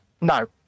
No